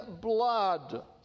blood